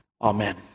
Amen